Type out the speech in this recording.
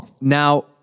Now